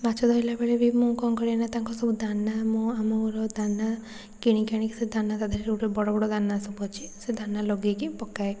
ମାଛ ଧରିଲା ବେଳେ ବି ମୁଁ କ'ଣ କରେ ନାଁ ତାଙ୍କ ସବୁ ଦାନା ଆମ ଆମର ଦାନା କିଣିକି ଆଣିକି ସେ ଦାନା ତା' ଦେହରେ ଗୋଟେ ବଡ଼ ବଡ଼ ଦାନା ସବୁ ଅଛି ସେ ଲାଗେଇକି ପକାଏ